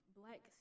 black